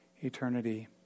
eternity